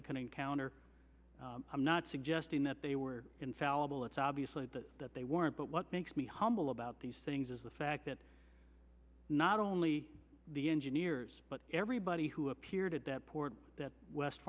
they could encounter i'm not suggesting that they were infallible it's obviously that they weren't but what makes me humble about these things is the fact that not only the engineers but everybody who appeared at that port that west